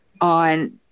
on